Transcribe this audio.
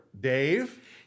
Dave